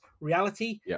Reality